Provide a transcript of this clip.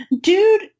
dude